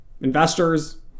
Investors